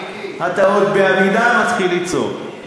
אתה עוד בעמידה מתחיל לצעוק.